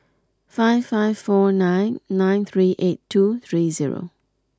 five five four nine nine three eight two three zero